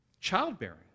childbearing